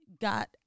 Got